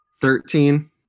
Thirteen